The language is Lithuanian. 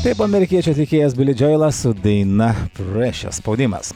taip amerikiečių atlikėjas bili džioilas su daina prešiur spaudimas